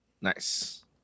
Nice